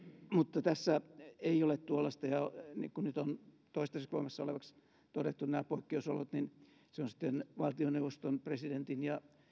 mutta tässä ei ole tuollaista koska nyt on toistaiseksi voimassa olevaksi todettu nämä poikkeusolot niin on sitten valtioneuvoston presidentin ja